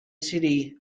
city